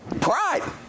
Pride